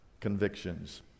convictions